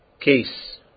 case